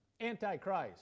Antichrist